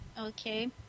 Okay